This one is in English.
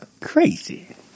crazy